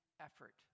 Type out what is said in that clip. effort